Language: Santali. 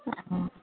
ᱚ